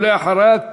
ואחריה,